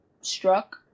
struck